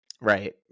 Right